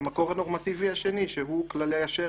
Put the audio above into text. המקור הנורמטיבי השני שהוא כללי אשר,